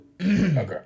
Okay